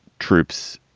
troops,